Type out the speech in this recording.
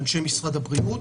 לאנשי משרד הבריאות.